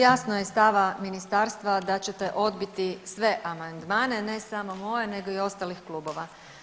jasno je stava ministarstva da ćete odbiti sve amandmane ne samo moje, nego i ostalih klubova.